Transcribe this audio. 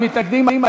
59 בעד, 61 מתנגדים.